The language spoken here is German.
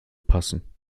passen